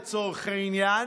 לצורך העניין,